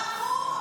ברור,